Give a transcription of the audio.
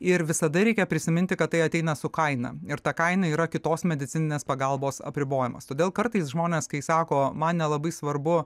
ir visada reikia prisiminti kad tai ateina su kaina ir ta kaina yra kitos medicininės pagalbos apribojimas todėl kartais žmonės kai sako man nelabai svarbu